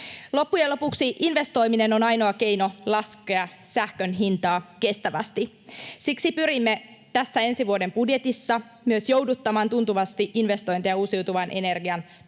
Loppujen lopuksi investoiminen on ainoa keino laskea sähkön hintaa kestävästi. Siksi pyrimme tässä ensi vuoden budjetissa myös jouduttamaan tuntuvasti investointeja uusiutuvan energian tuotantoon.